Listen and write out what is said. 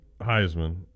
Heisman